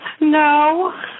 No